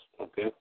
Okay